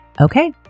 Okay